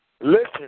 Listen